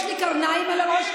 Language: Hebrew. יש לי קרניים על הראש?